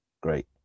Great